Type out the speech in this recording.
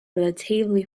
relatively